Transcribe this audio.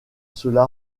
cela